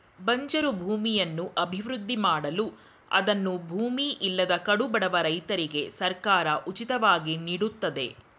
ಬಂಜರು ಭೂಮಿಯನ್ನು ಅಭಿವೃದ್ಧಿ ಮಾಡಲು ಅದನ್ನು ಭೂಮಿ ಇಲ್ಲದ ಕಡುಬಡವ ರೈತರಿಗೆ ಸರ್ಕಾರ ಉಚಿತವಾಗಿ ನೀಡುತ್ತದೆ